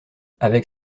avec